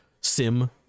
sim